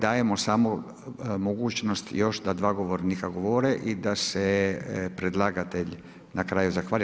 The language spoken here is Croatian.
Dajemo samo mogućnost još da dva govornika govore i da se predlagatelj na kraju zahvali.